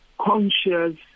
conscious